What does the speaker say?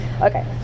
Okay